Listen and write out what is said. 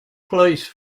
police